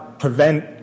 prevent